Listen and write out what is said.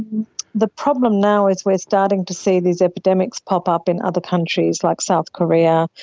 the problem now is we are starting to see these epidemics pop up in other countries like south korea,